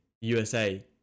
USA